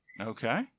Okay